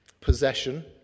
possession